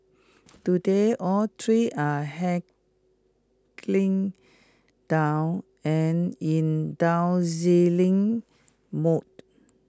today all three are down and in mode